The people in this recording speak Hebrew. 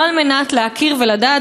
לא כדי להכיר ולדעת,